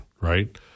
right